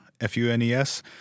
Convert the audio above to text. F-U-N-E-S